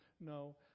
No